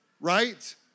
right